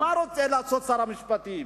מה רוצה לעשות שר המשפטים?